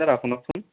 দাদা শুনকচোন